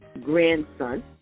grandson